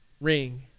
ring